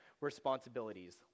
responsibilities